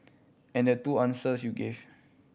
and the two answers you gave